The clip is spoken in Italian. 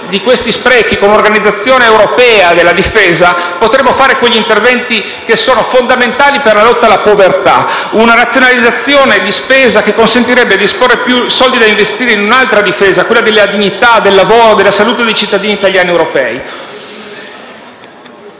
di questi sprechi, poi, e con l'organizzazione europea della difesa potremmo fare quegli interventi che sono fondamentali per la lotta alla povertà. Una razionalizzazione della spesa consentirebbe di disporre di più soldi da investire in un'altra difesa, quella della dignità, del lavoro, della salute dei cittadini italiani ed europei.